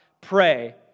pray